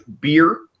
beer